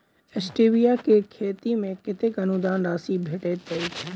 Stevia केँ खेती मे कतेक अनुदान राशि भेटैत अछि?